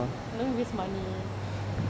don't waste money